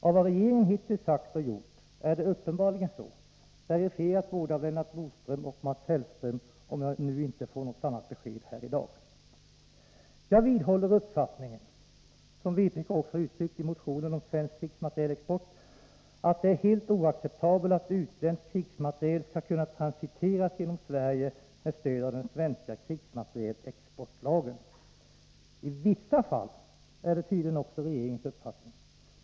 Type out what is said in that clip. Av vad regeringen hittills sagt och gjort är det uppenbarligen så — verifierat både av Lennart Bodström och av Mats Hellström, om jag nu inte får något annat besked här i dag. Jag vidhåller uppfattningen — som vpk också uttryckt i motionen om svensk krigsmaterielexport — att det är helt oacceptabelt att utländsk krigsmateriel skall kunna transiteras genom Sverige med stöd av den svenska krigsmaterielexportlagen. I vissa fall är detta tydligen också regeringens uppfattning.